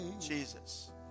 Jesus